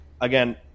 Again